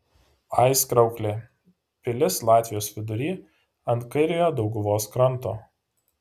aizkrauklė pilis latvijos vidury ant kairiojo dauguvos kranto